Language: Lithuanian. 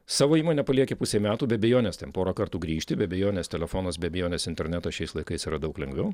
savo įmonę palieki pusei metų be abejonės ten porą kartų grįžti be abejonės telefonas be abejonės internetas šiais laikais yra daug lengviau